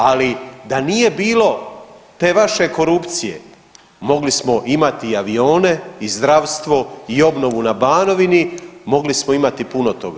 Ali da nije bilo te vaše korupcije mogli smo imati i avione i zdravstvo i obnovu na Banovini, mogli smo imati puno toga.